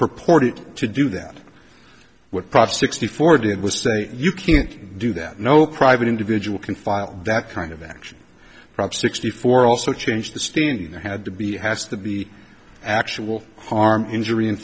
purported to do that what prop sixty four did was say you can't do that no private individual can file that kind of action prop sixty four also change the standing there had to be has to be actual harm injury in